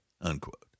unquote